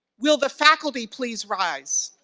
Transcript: will the faculty please rise.